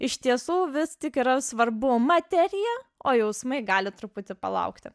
iš tiesų vis tik yra svarbu materija o jausmai gali truputį palaukti